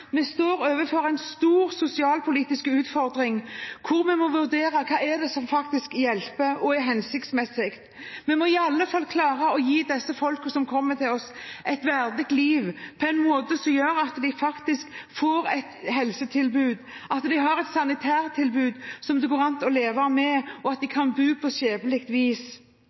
Vi står overfor en stor sosialpolitisk utfordring, hvor vi må vurdere hva det er som faktisk hjelper og er hensiktsmessig. Vi må i alle fall klare å gi disse folkene som kommer til oss, et verdig liv, på en måte som gjør at de faktisk får et helsetilbud, at de har et sanitærtilbud som det går an å leve med, og at de kan bo på skikkelig vis.